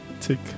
take